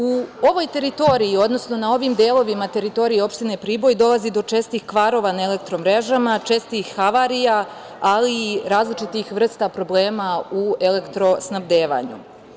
U ovoj teritoriji, odnosno na ovim delovima teritorije opštine Priboj dolazi do čestih kvarova na elektro mrežama, čestih havarija, ali i različitih vrsta problema u elektro snabdevanju.